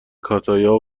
کاتیا